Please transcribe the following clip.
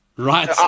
Right